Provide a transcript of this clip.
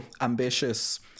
ambitious